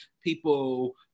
people